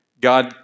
God